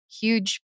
huge